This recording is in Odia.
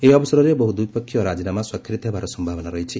ଏହି ଅବସରରେ ବହୁ ଦ୍ୱିପକ୍ଷୀୟ ରାଜିନାମା ସ୍ୱାକ୍ଷରିତ ହେବାର ସମ୍ଭାବନା ରହିଛି